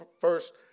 first